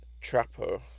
Trapper